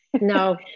no